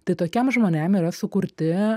tai tokiem žmonėm yra sukurti